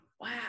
wow